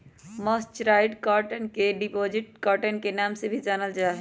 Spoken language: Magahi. मर्सराइज्ड कॉटन के इजिप्टियन कॉटन के नाम से भी जानल जा हई